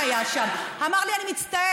הודעה אישית אחרי זה.